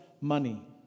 money